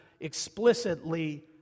explicitly